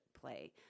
play